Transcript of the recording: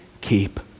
keep